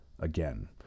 again